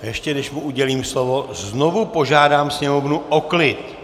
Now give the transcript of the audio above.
Ještě než mu udělím slovo, znovu požádám sněmovnu o klid!